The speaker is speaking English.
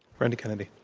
randy kennedy.